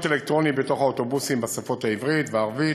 אלקטרוני בתוך האוטובוסים בשפות עברית וערבית,